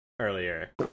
earlier